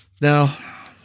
Now